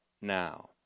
now